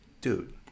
dude